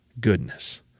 goodness